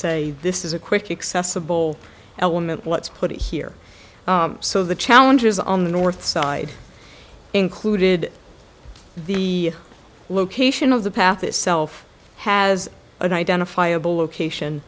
say this is a quick excessive bowl element let's put it here so the challenges on the north side included the location of the path itself has an identifiable location